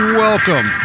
welcome